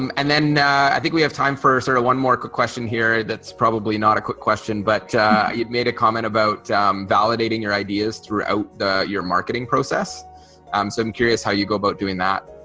um and then now i think we have time for sort of one more question here that's probably not a quick question but it made a comment about validating your ideas throughout your marketing process. um so i'm curious how you go about doing that.